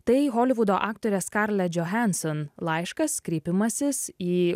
tai holivudo aktorės scarlet johanson laiškas kreipimasis į